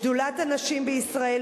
שדולת הנשים בישראל,